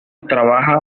trabaja